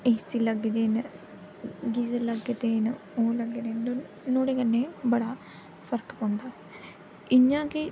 ए C लग्गे दे न गीजर लग्गे दे न ओह् लग्गे दे न नुहाढ़े कन्नै बड़ा फर्क पौंदा इ'यां कि